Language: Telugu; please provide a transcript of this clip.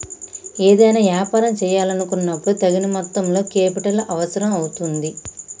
ఏదైనా యాపారం చేయాలనుకున్నపుడు తగిన మొత్తంలో కేపిటల్ అవసరం అవుతుంది